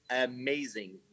amazing